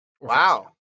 Wow